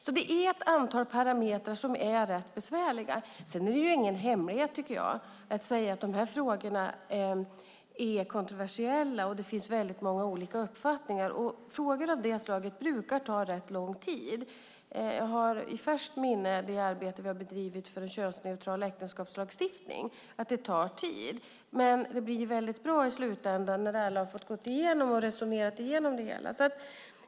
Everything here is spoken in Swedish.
Det är alltså ett antal parametrar som är rätt besvärliga. Sedan är det ingen hemlighet att de här frågorna är kontroversiella och att det finns väldigt många uppfattningar. Och frågor av det här slaget brukar ta rätt lång tid. Jag har i färskt minne det arbete som vi har bedrivit för en könsneutral äktenskapslagstiftning. Det tar tid, men det blir väldigt bra i slutändan när alla har fått gå igenom och resonerat igenom det hela.